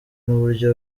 n’uburyo